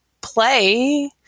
play